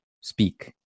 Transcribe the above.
speak